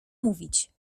mówić